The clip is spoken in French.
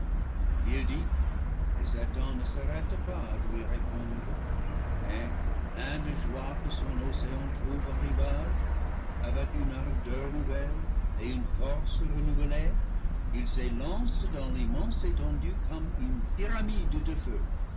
il dit et satan ne s'arrête pas à lui répondre mais plein de joie que son océan trouve un rivage avec une ardeur nouvelle et une force renouvelée il s'élance dans l'immense étendue comme une pyramide de feu